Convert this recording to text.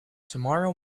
tomorrow